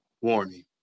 warning